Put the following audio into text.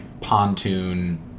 pontoon